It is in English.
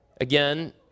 Again